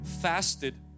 fasted